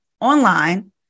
online